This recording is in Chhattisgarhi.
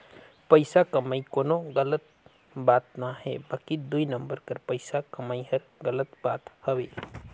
पइसा कमई कोनो गलत बात ना हे बकि दुई नंबर कर पइसा कमई हर गलत बात हवे